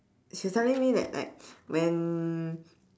he was telling me that like when